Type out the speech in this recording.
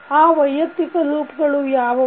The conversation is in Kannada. ಆ ವೈಯಕ್ತಿಕ ಲೂಪ್ಗಳು ಯಾವವು